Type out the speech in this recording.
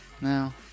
no